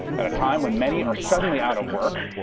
at a time when many are suddenly out of work,